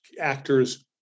actors